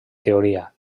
teoria